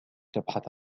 تبحث